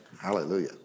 hallelujah